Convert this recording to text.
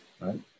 right